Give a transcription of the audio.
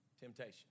temptation